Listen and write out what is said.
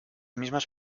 mismas